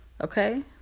Okay